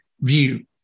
view